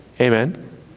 amen